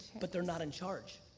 but they're not in charge.